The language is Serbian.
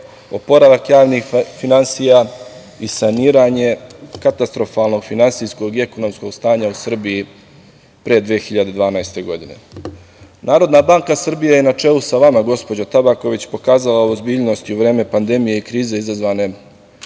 oporavak javnih finansija i saniranje katastrofalnog ekonomskog stanja u Srbiji pre 2012. godine. Narodna banka Srbije je na čelu sa vama gospođo Tabaković pokazala ozbiljnost i u vreme pandemije krize izazvane